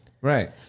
Right